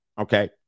okay